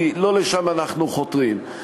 כי לא לשם אנחנו חותרים.